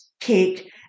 cake